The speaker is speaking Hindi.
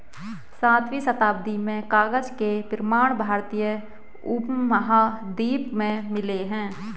सातवीं शताब्दी में कागज के प्रमाण भारतीय उपमहाद्वीप में मिले हैं